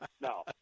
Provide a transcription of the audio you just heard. No